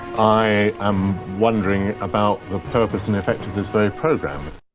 i am wondering about the purpose and effect of this very programme.